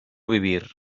vivir